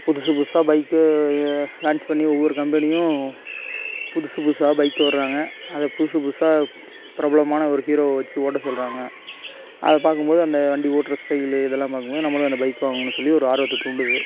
புதுசு புதுசாக பைக்கை லான்ச் பண்ணி ஒவ்வொரு கம்பெனியும் புதுசு புதுசாக பைக் விடுறாங்க அதை புதுசு புதுசாக பிரபலமான ஒரு ஹீரோவை வச்சு ஓட்ட சொல்லுறாங்க அதை பார்க்கும்போது அந்த வண்டி ஓட்டுற ஸ்டைலு இதெல்லாம் பார்க்கும் போது நம்பளும் அந்த பைக் வாங்கணுன்னு சொல்லி ஒரு ஆர்வத்தை தூண்டுது